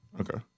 Okay